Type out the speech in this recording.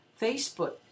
Facebook